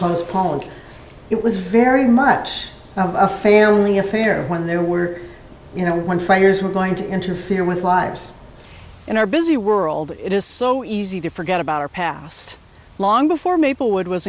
postponed it was very much a family affair when there were you know when fires were going to interfere with lives in our busy world it is so easy to forget about our past long before maplewood was